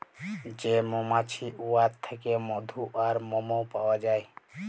যে মমাছি উয়ার থ্যাইকে মধু আর মমও পাউয়া যায়